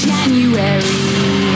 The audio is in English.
January